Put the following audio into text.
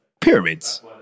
Pyramids